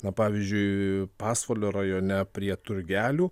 na pavyzdžiui pasvalio rajone prie turgelių